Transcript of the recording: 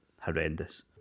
Horrendous